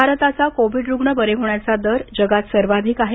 भारताचा कोविड रुग्ण बरे होण्याचा दर जगात सर्वाधिक आहे